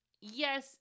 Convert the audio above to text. yes